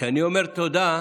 כשאני אומר תודה,